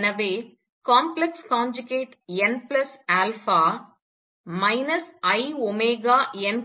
எனவே complex conjugate n plus alpha inn α Cnn